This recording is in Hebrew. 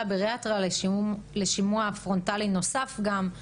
הבריאטריה לשימוע פרונטלי נוסף גם.